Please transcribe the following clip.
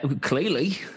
clearly